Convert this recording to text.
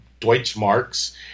Deutschmarks